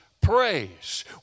Praise